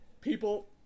people